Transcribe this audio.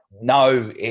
No